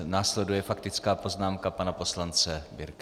Následuje faktická poznámka pana poslance Birkeho.